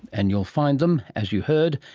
and you'll find them, as you heard,